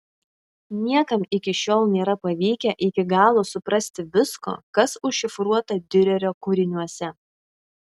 niekam iki šiol nėra pavykę iki galo suprasti visko kas užšifruota diurerio kūriniuose